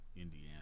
Indiana